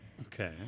Okay